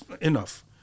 enough